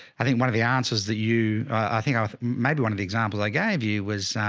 i think one of the answers that you, i think are maybe one of the examples i gave you was